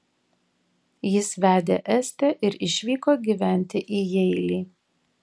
jis vedė estę ir išvyko gyventi į jeilį